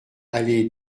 allée